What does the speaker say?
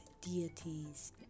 deities